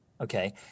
Okay